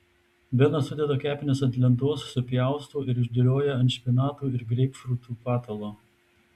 benas sudeda kepenis ant lentos supjausto ir išdėlioja ant špinatų ir greipfrutų patalo